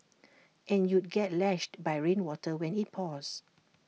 and you'd get lashed by rainwater when IT pours